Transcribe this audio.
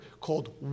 called